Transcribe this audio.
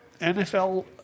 NFL